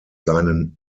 seinen